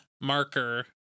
marker